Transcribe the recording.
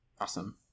Awesome